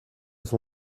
son